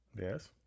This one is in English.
Yes